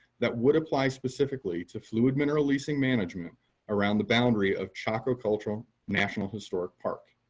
that would apply specifically to fluid mineral leasing management around the boundary of chaco cultural national historic park.